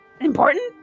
important